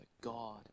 God